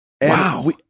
Wow